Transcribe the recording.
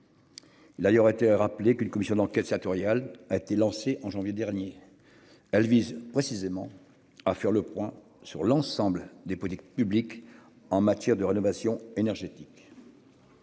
Là aurait été a rappelé qu'une commission d'enquête sénatoriale a été lancé en janvier dernier. Elle vise précisément à faire le point sur l'ensemble des politiques publiques en matière de rénovation énergétique.